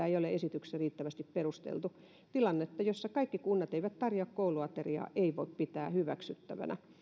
ei ole esityksessä riittävästi perusteltu tilannetta jossa kaikki kunnat eivät tarjoa kouluateriaa ei voi pitää hyväksyttävänä